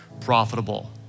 profitable